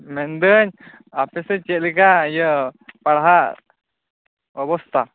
ᱢᱮᱱᱫᱟ ᱧ ᱟᱞᱮᱥᱮᱫ ᱪᱮᱫᱽ ᱞᱮᱠᱟ ᱤᱭᱟ ᱯᱟᱲᱦᱟᱜ ᱚᱵᱚᱥᱛᱷᱟ